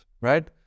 right